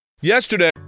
Yesterday